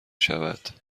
شود